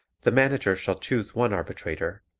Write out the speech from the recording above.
the manager shall choose one arbitrator,